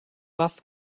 was